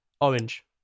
Orange